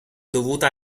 dovuta